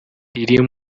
riri